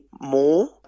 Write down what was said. more